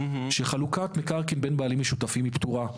שחלוקת מקרקעין בין בעלים משותפים היא פטורה.